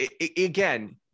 again